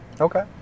Okay